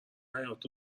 حیاط